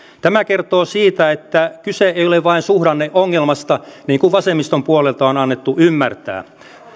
tämä kertoo siitä että kyse ei ole vain suhdanneongelmasta niin kuin vasemmiston puolelta on annettu ymmärtää